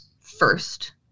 first